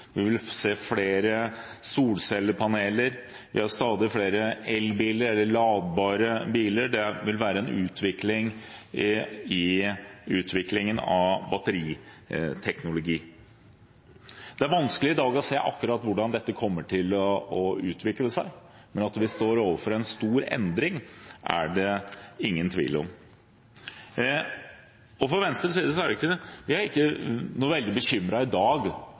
vi vil ha en situasjon hvor det er plusshus, vi vil se flere solcellepaneler, vi har stadig flere elbiler eller ladbare biler, det vil være en utvikling i utviklingen av batteriteknologi. Det er vanskelig i dag å se akkurat hvordan dette kommer til å utvikle seg, men at vi står overfor en stor endring, er det ingen tvil om. Fra Venstres side er vi i dag